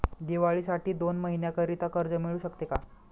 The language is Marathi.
दिवाळीसाठी दोन महिन्याकरिता कर्ज मिळू शकते का?